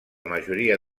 majoria